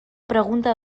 pregunta